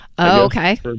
Okay